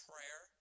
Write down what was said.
Prayer